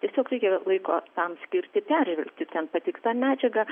tiesiog reikia laiko tam skirti peržvelgti ten pateiktą medžiagą